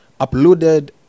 uploaded